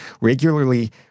regularly